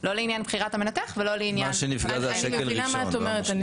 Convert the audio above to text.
לא לעניין בחירת המנתח ולא לעניין --- אני מבינה מה את אומרת,